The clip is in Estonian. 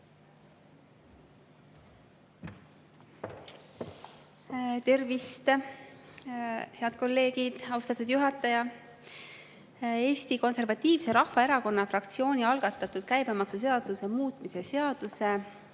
Tervist, head kolleegid! Austatud juhataja! Eesti Konservatiivse Rahvaerakonna fraktsiooni algatatud käibemaksuseaduse muutmise seaduse